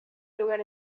lugar